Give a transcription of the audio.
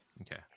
Okay